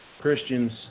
Christians